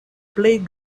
plej